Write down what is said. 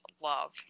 Love